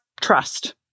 trust